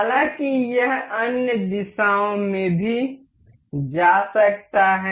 हालाँकि यह अन्य दिशाओं में भी जा सकता है